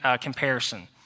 comparison